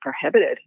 prohibited